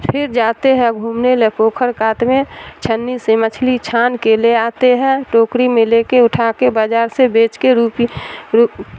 پھر جاتے ہیں گھومنے لا پوکھر کات میں چھنی سے مچھلی چھان کے لے آتے ہیں ٹوکری میں لے کے اٹھا کے بازار سے بیچ کے روپی